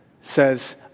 says